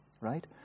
right